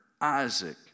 Isaac